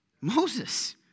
Moses